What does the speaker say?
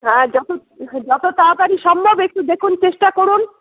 হ্যাঁ যত যত তাড়াতাড়ি সম্ভব একটু দেখুন চেষ্টা করুন